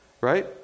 right